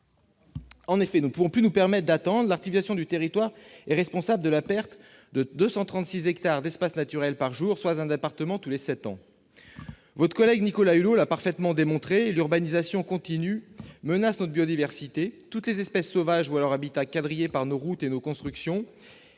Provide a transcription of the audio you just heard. En effet, nous ne pouvons plus nous permettre d'attendre. L'artificialisation du territoire est responsable de la perte de 236 hectares d'espaces naturels par jour, soit un département tous les sept ans ! Votre collègue Nicolas Hulot l'a parfaitement démontré, monsieur le ministre : l'urbanisation continue menace notre biodiversité. Toutes les espèces sauvages voient leurs habitats, quadrillés par nos routes et nos constructions,